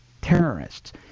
terrorists